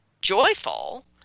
joyful